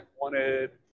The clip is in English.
wanted